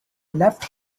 left